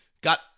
got